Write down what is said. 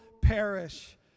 perish